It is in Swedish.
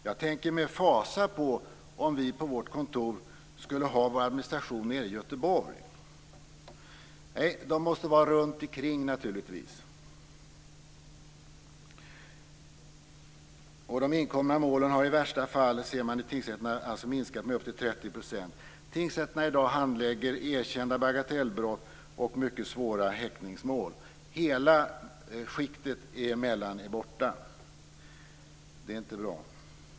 Jag tänker med fasa på om vi på vårt kontor skulle ha vår administration nere i Göteborg. Nej, den måste naturligtvis vara runt omkring. De inkomna målen har i värsta fall, det ser man i tingsrätterna, minskat med så mycket som 30 %. Tingsrätterna handlägger i dag erkända bagatellbrott och mycket svåra häktningsmål. Hela skiktet däremellan är borta. Det är inte bra.